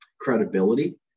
credibility